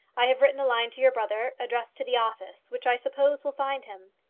i have written a line to your brother addressed to the office, which i suppose will find him.